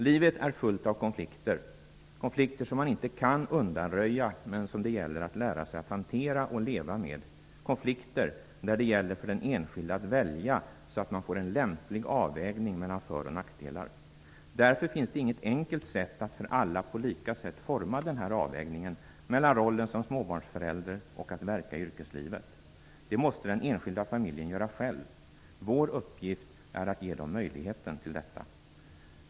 Livet är fullt av konflikter, konflikter som man inte kan undanröja men som det gäller att lära sig hantera och leva med, konflikter där det gäller för den enskilde att välja, så att man får en lämplig avvägning mellan för och nackdelar. Det finns därför inget enkelt sätt att för alla på lika sätt forma avvägningen mellan rollen som småbarnsförälder och att verka i yrkeslivet. Det måste den enskilda familjen göra själv. Vår uppgift är att ge dem möjlighet till detta.